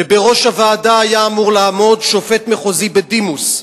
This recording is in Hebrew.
ובראש הוועדה היה אמור לעמוד שופט מחוזי בדימוס,